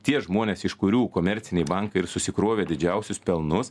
tie žmonės iš kurių komerciniai bankai ir susikrovė didžiausius pelnus